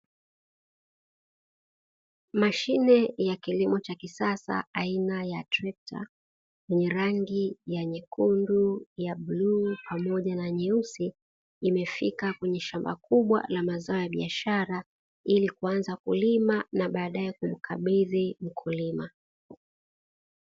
Mashine ya kilimo cha kisasa aina ya trekta yenye rangi ya nyekundu, ya bluu pamoja na nyeusi, imefika kwenye shamba kubwa la mazao ya biashara ili kuanza kulima na baadae kumkabidhi mkulima.